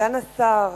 סגן השר,